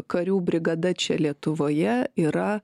karių brigada čia lietuvoje yra